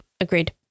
Agreed